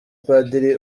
padiri